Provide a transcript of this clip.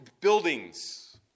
buildings